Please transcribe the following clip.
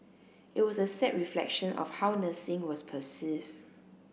it was a sad reflection of how nursing was perceived